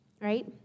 right